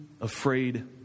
afraid